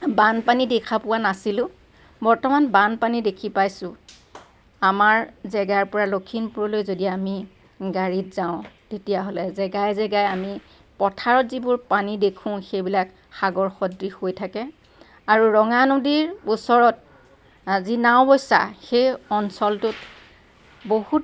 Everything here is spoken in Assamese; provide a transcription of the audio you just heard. বানপানী দেখা পোৱা নাছিলোঁ বৰ্তমান বানপানী দেখি পাইছোঁ আমাৰ জেগাৰ পৰা লখিমপুৰলৈ যদি আমি গাড়ীত যাওঁ তেতিয়াহ'লে জেগাই জেগাই আমি পথাৰত যিবোৰ পানী দেখোঁ সেইবিলাক সাগৰ সদৃশ হৈ থাকে আৰু ৰঙানদীৰ ওচৰত যি নাওবৈচা সেই অঞ্চলটোত